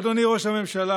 אדוני ראש הממשלה,